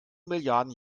milliarden